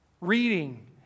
reading